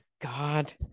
God